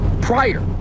prior